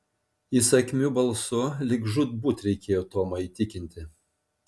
įsakmiu balsu lyg žūtbūt reikėjo tomą įtikinti